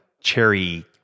cherry